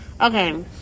okay